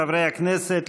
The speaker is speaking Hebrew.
חברי הכנסת,